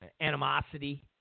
animosity